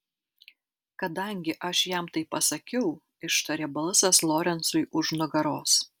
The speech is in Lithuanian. kadangi aš jam tai pasakiau ištarė balsas lorencui už nugaros